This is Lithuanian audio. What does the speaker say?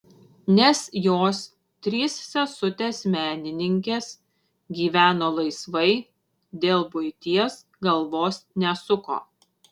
nes jos trys sesutės menininkės gyveno laisvai dėl buities galvos nesuko